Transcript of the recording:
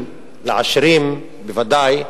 עובד-מעביד,